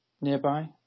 nearby